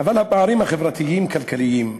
החברתיים-כלכליים,